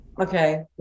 okay